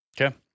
Okay